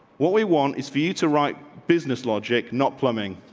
what we want is for you to write business logic, not plumbing.